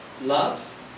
love